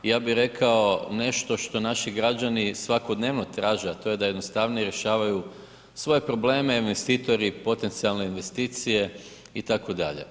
Ja bih rekao nešto što naši građani svakodnevno traže, a to jednostavnije rješavaju svoje probleme, investitori, potencijalne investicije, itd.